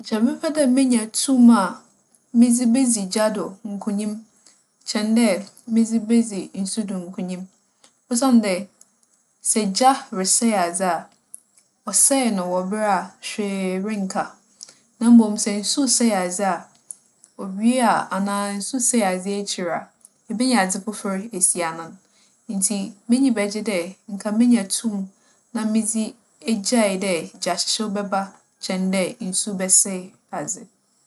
Nkyɛ mɛpɛ dɛ menya tum a medze bedzi gya do nkonyim kyɛn dɛ medze bedzi nsu do nkonyim. Osiandɛ, sɛ gya resɛɛ adze a, ͻsɛɛ no wͻ aber a hwee rennka. Na mbom sɛ nsu sɛɛ adze a, owie a, anaa nsu sɛɛ adze ekyir a, ibenya adze fofor esi anan. Ntsi, m'enyi bɛgye dɛ nka menya tum na medze egyaa dɛ gyahyehyew bɛba kyɛn dɛ nsu bɛsɛɛ adze.